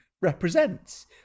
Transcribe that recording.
represents